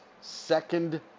second